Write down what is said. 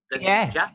Yes